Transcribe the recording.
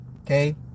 Okay